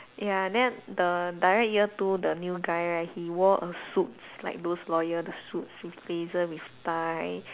ya then the direct year two the new guy right he wore a suits like those lawyer the suits with blazer with tie